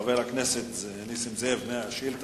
חבר הכנסת טלב אלסאנע שאל את